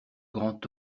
grand